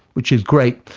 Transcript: which is great,